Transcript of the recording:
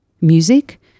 music